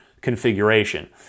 configuration